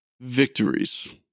Victories